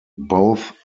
both